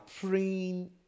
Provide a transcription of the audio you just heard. praying